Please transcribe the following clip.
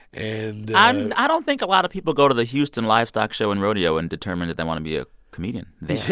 and and. i don't think a lot of people go to the houston livestock show and rodeo and determine that they want to be a comedian yeah,